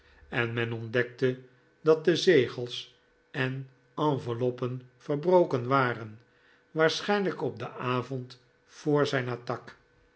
en men ontdekte dat de zegels en enveloppen verbroken waren waarschijnlijk op den avond voor zijn attaque